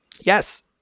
Yes